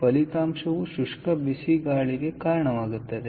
ಆದ್ದರಿಂದ ಫಲಿತಾಂಶವು ಶುಷ್ಕ ಬಿಸಿ ಗಾಳಿಗೆ ಕಾರಣವಾಗುತ್ತದೆ